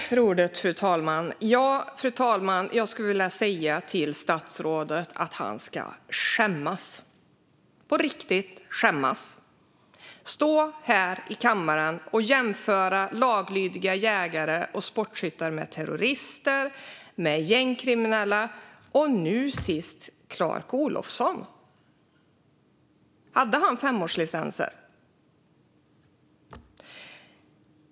Fru talman! Jag skulle vilja säga till statsrådet att han ska skämmas på riktigt. Han står här i kammaren och jämför laglydiga jägare och sportskyttar med terrorister, gängkriminella och nu sist Clark Olofsson. Hade han femårslicenser?